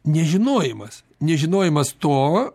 nežinojimas nežinojimas to